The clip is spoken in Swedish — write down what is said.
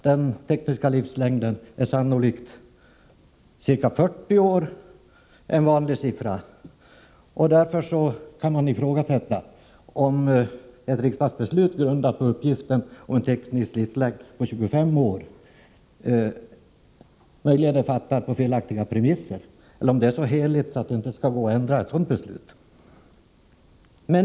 Den tekniska livslängden är sannolikt ca 40 år. Därför kan man fråga sig om ett riksdagsbeslut grundat på uppgiften om en teknisk livslängd på 25 år möjligen är fattat på felaktiga premisser. Eller är det så heligt att det inte går att ändra ett sådant beslut?